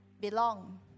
Belong